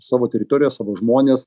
savo teritoriją savo žmones